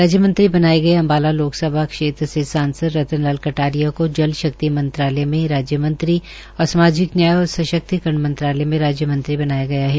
राज्य मंत्री बनाये गये अम्बाला लोकसभा क्षेत्र से सांसद श्री रतन लाल कटारिया को जल शक्ति मंत्रालय में राज्य मंत्री और सामाजिक न्याय और सशक्तिकरण मंत्रालय में राज्य मंत्री बनाया गया है